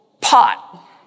pot